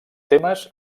temes